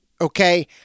okay